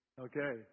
Okay